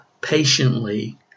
patiently